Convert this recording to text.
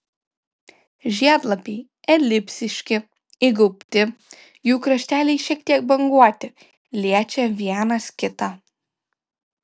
žiedlapiai elipsiški įgaubti jų krašteliai šiek tiek banguoti liečia vienas kitą